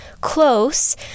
close